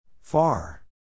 Far